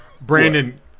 Brandon